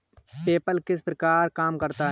PayPal किस प्रकार काम करता है?